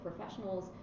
professionals